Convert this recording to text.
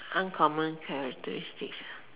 uncommon characteristics ah